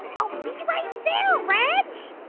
i'll be right there, reg